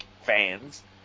fans